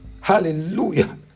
Hallelujah